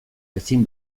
ezin